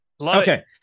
okay